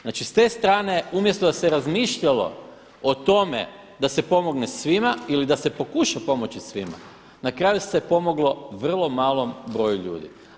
Znači s te strane umjesto da se razmišljalo o tome da se pomogne svima ili da se pokuša pomoći svima na kraju se pomoglo vrlo malom broju ljudi.